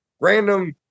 Random